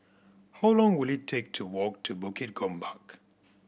how long will it take to walk to Bukit Gombak